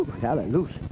hallelujah